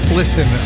listen